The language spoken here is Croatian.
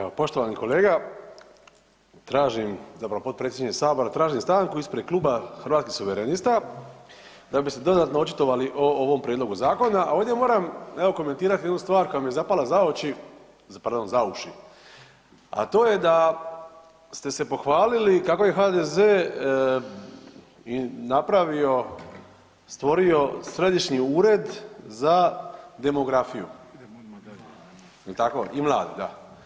Evo poštovani kolega, tražim, zapravo potpredsjedniče Sabora, tražim stanku ispred kluba Hrvatskih suverenista da bi se dodatno očitovali o ovom prijedlogu zakona a ovdje moram evo komentirat jednu stvar koja mi je zapala za oči, pardon, za uši, a to je da ste se pohvalili kako je HDZ napravio, stvorio Središnji ured za demografiju, jel tako, i mlade, da.